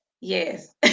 yes